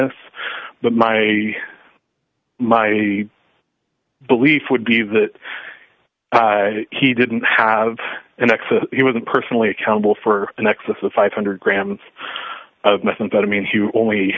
enough but my my belief would be that he didn't have an exit he wasn't personally accountable for an excess of five hundred grams of methamphetamine who only